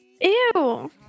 Ew